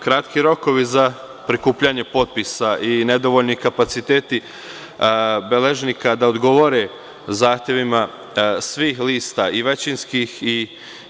Kratki rokovi za prikupljanje potpisa i nedovoljni kapaciteti beležnika da odgovore zahtevima svih lista i većinskih